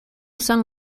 son